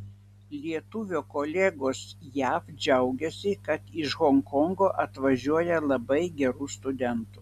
lietuvio kolegos jav džiaugiasi kad iš honkongo atvažiuoja labai gerų studentų